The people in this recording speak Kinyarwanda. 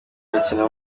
bakina